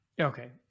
Okay